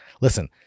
Listen